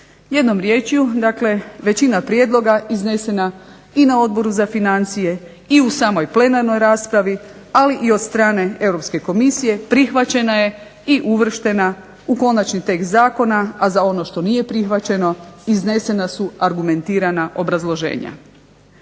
Jednom riječju dakle većina prijedloga iznesena i na Odboru za financije, i u samoj plenarnoj raspravi, ali i od strane Europske Komisije prihvaćena je i uvrštena u konačni tekst zakona, a za ono što nije prihvaćeno iznesena su argumentirana obrazloženja.